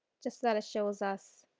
just that it shows us